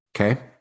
okay